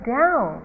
down